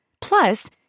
Plus